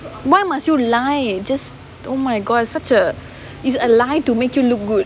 why must you lie just oh my god it's such a it's a lie to make you look good